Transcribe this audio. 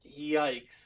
Yikes